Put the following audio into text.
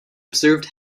observed